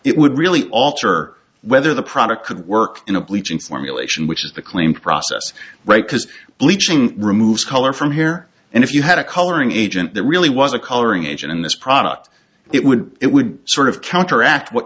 it would really alter whether the product could work in a bleaching formulation which is the claimed process right because bleaching removes color from here and if you had a coloring agent that really was a coloring agent in this product it would it would sort of counteract what